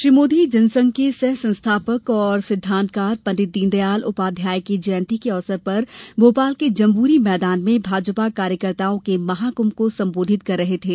श्री मोदी जनसंघ के सह संस्थापक और सिद्धांतकार पंडित दीन दयाल उपाध्याय की जयंती के अवसर पर भोपाल के जम्बूरी मैदान में भाजपा कार्यकर्ताओं के महाकुंभ को संबोधित कर रहे थे